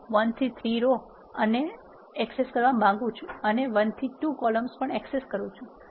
હું 1 થી 3 row access કરવા માંગુ છું અને 1 થી 2 કોલમ્સ પણ એક્સેસ કરું છું